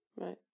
Right